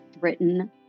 written